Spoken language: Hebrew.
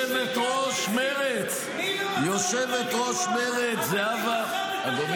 יושבת-ראש מרצ, יושבת-ראש מרצ, זהבה --- אתם